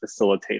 facilitator